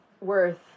worth